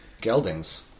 Geldings